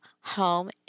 Home